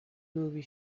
movie